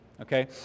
okay